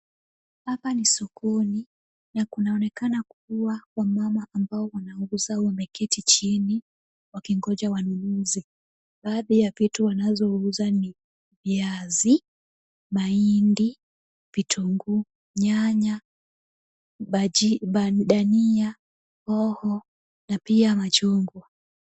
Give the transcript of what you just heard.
Hapa ni sokoni na kunaonekana kuwa wamama ambao wanauza wameketi chini wakingoja wanunuzi. Baadhi ya vitu wanazouza ni viazi, mahindi, vitunguu, nyanya, dania, hoho na pia machungwa.